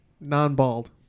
Non-bald